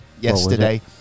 yesterday